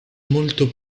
molto